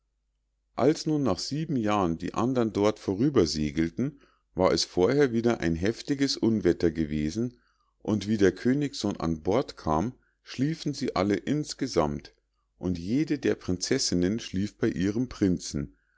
als nun nach sieben jahren die andern dort vorübersegelten war es vorher wieder ein heftiges unwetter gewesen und wie der königssohn an bord kam schliefen sie alle insgesammt und jede der prinzessinnen schlief bei ihrem prinzen